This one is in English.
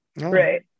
Right